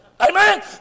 Amen